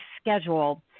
schedule